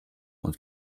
und